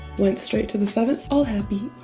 went straight to the seventh, all happy.